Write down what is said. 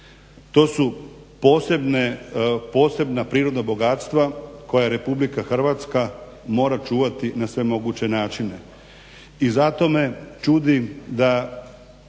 To su posebna prirodna bogatstva koja Republika Hrvatska mora čuvati na sve moguće načine i zato me čudi da